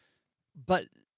but